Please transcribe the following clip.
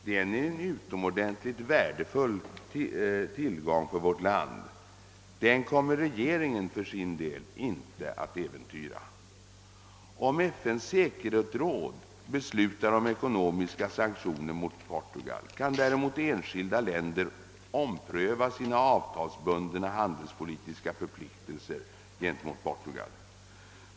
Det är en utomordentligt värdefull tillgång för vårt land. Den kommer regeringen för sin del inte att äventyra. Om FN:s säkerhetråd beslutar om ekonomiska sanktioner mot Portugal kan däremot enskilda länder ompröva sina avtalsbundna handelspolitiska förpliktelser gentemot Portugal.